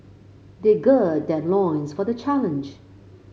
they gird their loins for the challenge